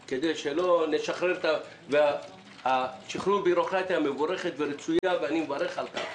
שחרור בירוקרטיה מבורך ורצוי, אני מברך על כך,